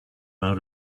out